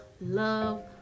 love